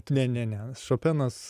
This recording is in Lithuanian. ne ne ne šopenas